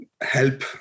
help